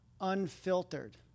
unfiltered